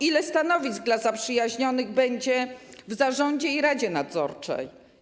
Ile stanowisk dla zaprzyjaźnionych będzie w zarządzie i radzie nadzorczej?